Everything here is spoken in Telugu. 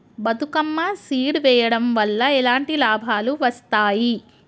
బతుకమ్మ సీడ్ వెయ్యడం వల్ల ఎలాంటి లాభాలు వస్తాయి?